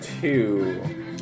two